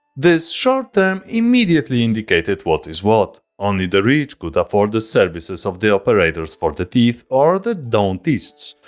this short term immediately indicated what is what. only the rich could afford the services of the operators for the teeth or the dentists.